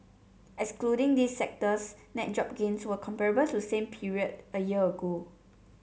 excluding these sectors net job gains were comparable to same period a year ago